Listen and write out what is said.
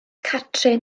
catrin